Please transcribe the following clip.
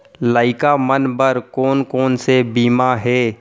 लइका मन बर कोन कोन से बीमा हे?